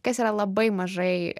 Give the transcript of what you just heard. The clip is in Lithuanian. kas yra labai mažai